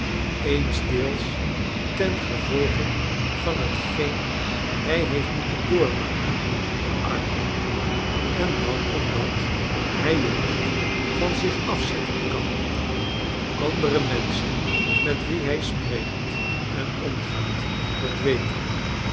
eensdeels ten gevolge van hetgeen hij heeft moeten doormaken de arme en dan omdat hij het niet van zich afzetten kan dat andere menschen met wie hij spreekt en omgaat dat weten